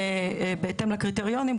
כמובן בהתאם לקריטריונים,